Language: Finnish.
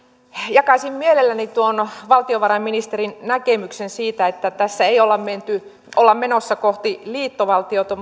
jakaisin mielelläni tuon valtiovarainministerin näkemyksen siitä että tässä ei olla menossa kohti liittovaltiota